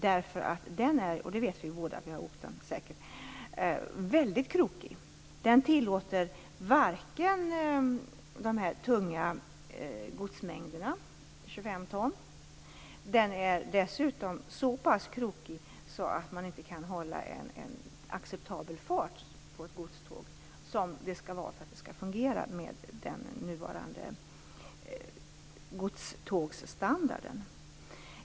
Den är ju - det vet vi båda som har åkt den - väldigt krokig. Den tillåter inte de här tunga godsmängderna på 25 ton och är dessutom så pass krokig att ett godståg inte kan hålla den fart som är acceptabel för att det skall fungera med nuvarande godstågsstandard.